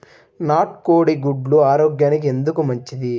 నాటు కోడి గుడ్లు ఆరోగ్యానికి ఎందుకు మంచిది?